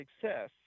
success